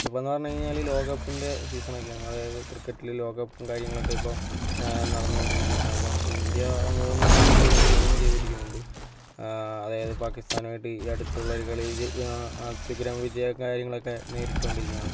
ഇപ്പോന്നു പറഞ്ഞുകഴിഞ്ഞാല് ലോകകപ്പിൻറ്റെ സീസണൊക്കെയാണ് അതായത് ക്രിക്കറ്റില് ലോക കപ്പും കാര്യങ്ങളൊക്കെ ഇപ്പോൾ നടന്നോണ്ടിരിക്കയാണ് അപ്പം ഇന്ത്യ മൂന്നെണ്ണത്തില് വിന്നിങ് ചെയ്തിരിക്കുന്നുണ്ട് അതായത് പാക്കിസ്ഥാനുമായിട്ട് ഈ അടുത്തുള്ള കളിയിൽ അത്യുഗ്രൻ വിജയം കാര്യങ്ങളൊക്കെ നേരിട്ടു കൊണ്ടിരിക്കുകയാണ്